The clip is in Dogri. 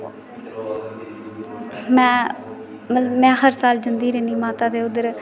में मतलब में हर साल जंदी रैह्नी माता दे उद्धर